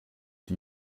die